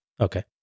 Okay